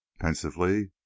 pensively